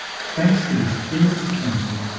thanks to this endless accounting,